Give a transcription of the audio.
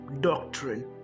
doctrine